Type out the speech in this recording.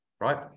right